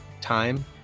time